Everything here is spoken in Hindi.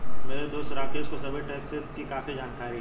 मेरे दोस्त राकेश को सभी टैक्सेस की काफी जानकारी है